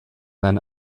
then